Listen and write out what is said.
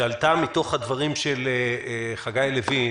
שעלתה מתוך הדברים של חגי לוין